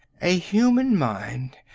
a human mind,